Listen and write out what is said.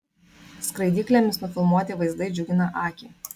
skraidyklėmis nufilmuoti vaizdai džiugina akį